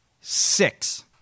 Six